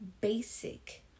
basic